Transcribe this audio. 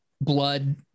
blood